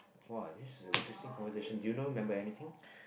[wah] this is a interesting conversation do you know remember anything